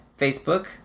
Facebook